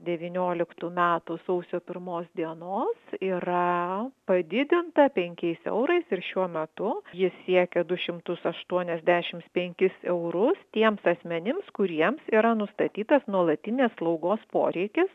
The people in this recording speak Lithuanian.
devynioliktų metų sausio pirmos dienos yra padidinta penkiais eurais ir šiuo metu ji siekia du šimtus aštuoniasdešim penkis eurus tiems asmenims kuriems yra nustatytas nuolatinės slaugos poreikis